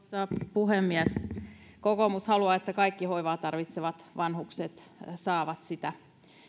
puhemies kokoomus haluaa että kaikki hoivaa tarvitsevat vanhukset saavat sitä